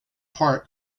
part